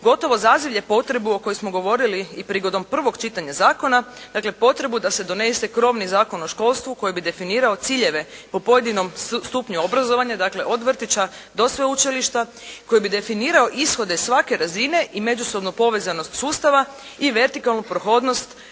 gotovo zazivlje potrebu o kojoj smo govorili i prigodom prvog čitanja zakona, dakle potrebu da se donese krovni zakon o školstvu koji bi definirao ciljeve po pojedinom stupnju obrazovanja, dakle od vrtića do sveučilišta koji bi definirao svake razine i međusobnu povezanost sustava i vertikalnu prohodnost,